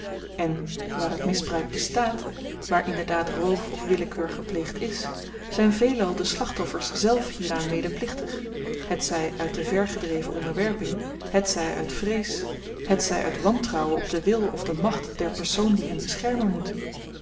en waar het misbruik bestaat waar inderdaad roof of willekeur gepleegd is zyn veelal de slachtoffers zelf hieraan medeplichtig hetzy uit te ver gedreven onderwerping hetzy uit vrees hetzy uit wantrouwen op den wil of de macht der persoon die hen beschermen moet